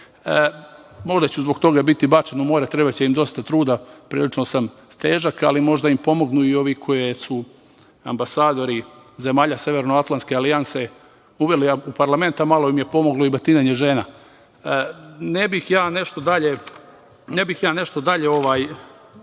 Možda ću zbog toga biti bačen u more, trebaće im dosta truda, prilično sam težak, ali možda im pomognu i ovi koje su ambasadori zemalja Severnoatlantske alijanse uveli u parlament, a malo im je pomoglo i batinanje žena. Ne bih ja nešto dalje